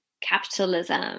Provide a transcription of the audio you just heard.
capitalism